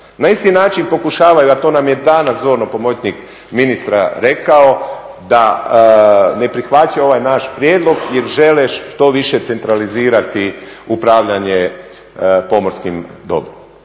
Na isti način pokušavaju, a to nam je danas zorno pomoćnik ministra rekao da ne prihvaća ovaj naš prijedlog jer žele što više centralizirati upravljanje pomorskim dobrom.